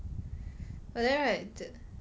but then right